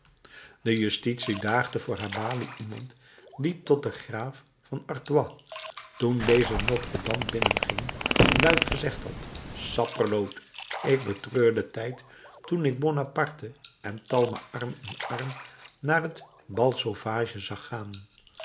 de justitie daagde voor haar balie iemand die tot den graaf van artois toen deze notre-dame binnenging luid gezegd had sapperloot ik betreur den tijd toen ik bonaparte en talma arm in arm naar het bal sauvage zag gaan